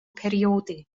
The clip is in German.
periode